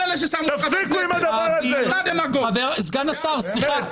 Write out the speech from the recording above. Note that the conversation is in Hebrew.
סגן השר, סליחה.